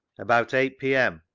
about eight p m.